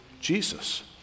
Jesus